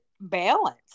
balance